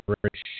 British